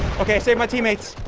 okay, i save my teammates.